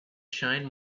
shine